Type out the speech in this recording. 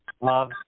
love